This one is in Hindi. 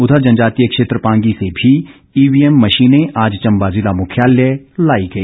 उधर जनजातीय क्षेत्र पांगी से भी ईवीएम मशीने आज चम्बा जिला मुख्यालय लाई गई